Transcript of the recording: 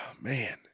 man